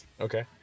Okay